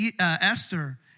Esther